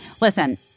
Listen